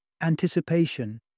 anticipation